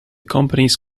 companies